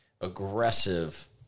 aggressive